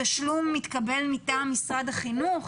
התשלום מתקבל מטעם משרד החינוך.